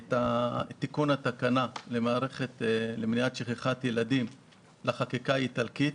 את תיקון התקנה בעניין מערכת למניעת שכחת ילדים לחקיקה האיטלקית.